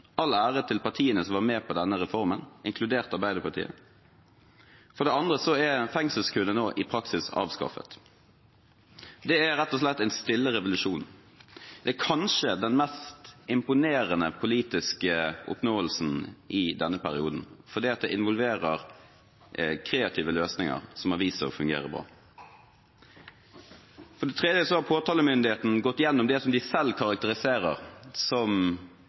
All ære til partiene som var med på denne reformen, inkludert Arbeiderpartiet. For det andre er fengselskøene nå i praksis avskaffet. Det er rett og slett en stille revolusjon. Det er kanskje den mest imponerende politiske oppnåelsen i denne perioden, fordi det involverer kreative løsninger som har vist seg å fungere bra. For det tredje har påtalemyndigheten gått gjennom det de selv karakteriserer som